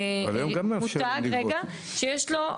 אבל הוא סופרים גדולים עם המון שקיות.